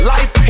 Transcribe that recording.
Life